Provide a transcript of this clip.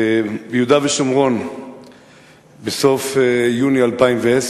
ביהודה ושומרון בסוף יוני 2010,